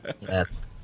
Yes